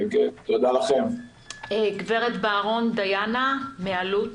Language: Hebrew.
גברת דיאנה בארון מאלו"ט.